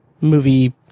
movie